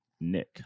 Nick